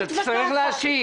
אתה תצטרך להשיב.